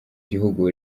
gihugu